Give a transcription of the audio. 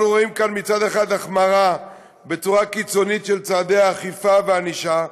אנחנו רואים כאן מצד אחד החמרה קיצונית של צעדי האכיפה והענישה,